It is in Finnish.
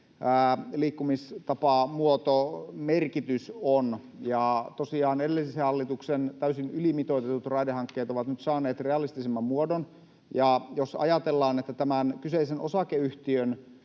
liikkumistapamuodon merkitys on. Tosiaan edellisen hallituksen täysin ylimitoitetut raidehankkeet ovat nyt saaneet realistisemman muodon. Jos ajatellaan, että tämän kyseisen osakeyhtiön